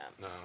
No